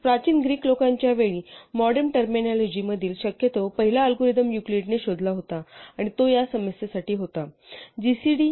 प्राचीन ग्रीक लोकांच्या वेळी मॉडेम टर्मिनॉलॉजि मधील शक्यतो पहिला अल्गोरिदम युक्लिडने शोधला होता आणि तो या समस्येसाठी होता - जीसीडी